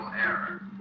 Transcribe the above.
error